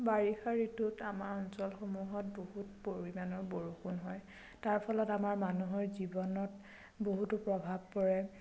বাৰিষা ঋতুত আমাৰ অঞ্চলসমূহত বহুত পৰিমাণৰ বৰষুণ হয় তাৰ ফলত আমাৰ মানুহৰ জীৱনত বহুতো প্ৰভাৱ পৰে